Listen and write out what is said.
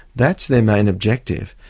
that's their main objective.